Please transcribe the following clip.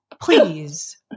please